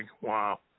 Wow